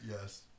yes